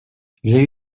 j’ai